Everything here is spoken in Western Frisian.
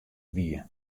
wie